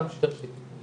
כמה שיותר שירותים